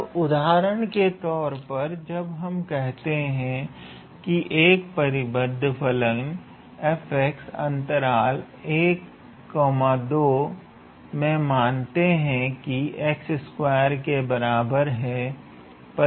अब उदाहरण के तौर पर जब हम कहते हैं की एक परिबद्ध फलनअंतराल 12 में मानते हैं की के बराबर है परिबद्ध फलन है